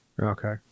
Okay